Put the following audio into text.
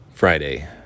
Friday